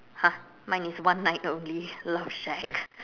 !huh! mine is one night only love shack